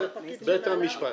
בית המשפט.